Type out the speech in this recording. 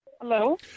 Hello